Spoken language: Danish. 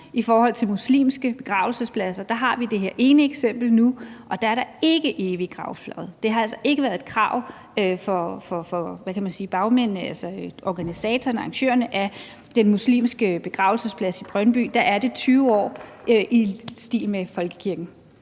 i forhold til muslimske begravelsespladser har vi det her ene eksempel nu, og der er der ikke evig gravfred. Det har altså ikke været et krav for, hvad kan man sige, bagmændene, altså organisatoren, arrangørerne af den muslimske begravelsesplads i Brøndby. Der er det 20 år, i stil med folkekirken.